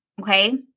Okay